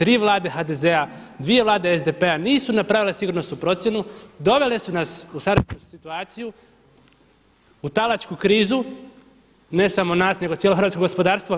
Tri vlade HDZ-a, dvije vlade SDP-a nisu napravile sigurnosnu procjenu, dovele su nas u sadašnju situaciju, u talačku krizu ne samo nas nego cijelo hrvatsko gospodarstvo.